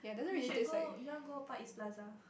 you should go Younger Far-East-Plaza